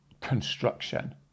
construction